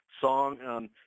song